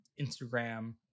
Instagram